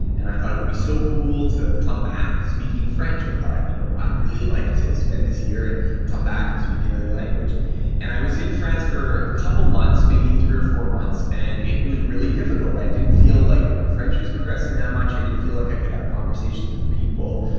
and i thought it would be so cool to come back speaking french. i thought you know i'd really like to spend this year and come back and speak another language and i was in france for a couple months, maybe three or four months, and it was really difficult. i didn't feel like my french was progressing that much. i didn't feel like i could have conversations with people,